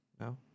No